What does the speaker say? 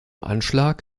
anschlag